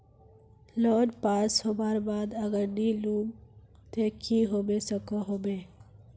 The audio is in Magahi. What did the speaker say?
लोन पास होबार बाद अगर नी लुम ते की होबे सकोहो होबे?